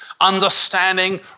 understanding